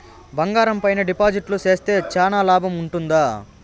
బంగారం పైన డిపాజిట్లు సేస్తే చానా లాభం ఉంటుందా?